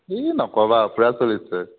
ই নক'বা আৰু পূৰা চলিছে